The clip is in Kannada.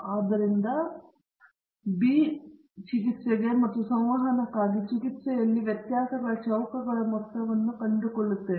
ಆದ್ದರಿಂದ ಬಿ ಚಿಕಿತ್ಸೆಗೆ ಮತ್ತು ಸಂವಹನಕ್ಕಾಗಿ ಚಿಕಿತ್ಸೆಯಲ್ಲಿ ವ್ಯತ್ಯಾಸಗಳ ಚೌಕಗಳ ಮೊತ್ತವನ್ನು ನಾವು ಕಂಡುಕೊಳ್ಳುತ್ತೇವೆ